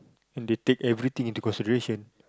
and they take everything into consideration